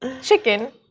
chicken